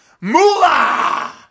moolah